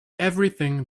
everything